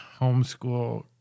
homeschool